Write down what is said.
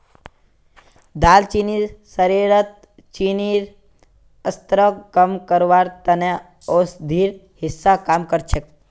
दालचीनी शरीरत चीनीर स्तरक कम करवार त न औषधिर हिस्सा काम कर छेक